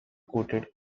coated